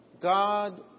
God